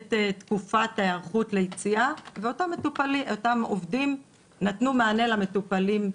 את תקופת ההיערכות ליציאה ואותם עובדים נתנו מענה למטופלים.